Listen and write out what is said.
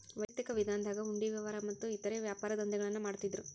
ವೈಯಕ್ತಿಕ ವಿಧಾನದಾಗ ಹುಂಡಿ ವ್ಯವಹಾರ ಮತ್ತ ಇತರೇ ವ್ಯಾಪಾರದಂಧೆಗಳನ್ನ ಮಾಡ್ತಿದ್ದರು